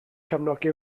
cefnogi